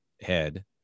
head